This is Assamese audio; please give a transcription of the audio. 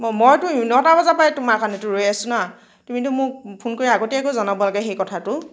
ম মই মইতো নটা বজাৰ পৰাই তোমাৰ কাৰণেতো ৰৈ আছোঁ না তুমিতো মোক ফোন কৰি আগতীয়াকৈ জনাব লাগে সেই কথাটো